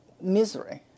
misery